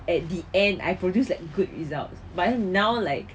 at the end I produce like good results but then now like